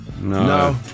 No